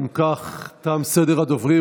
אם כך, תם סדר הדוברים.